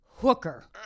hooker